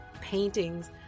paintings